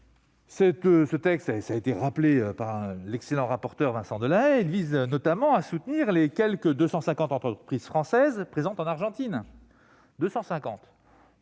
Ce texte, cela a été rappelé par notre excellent rapporteur Vincent Delahaye, vise notamment à soutenir les quelque 250 entreprises françaises présentes en Argentine. Avec